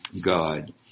God